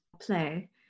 play